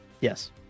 Yes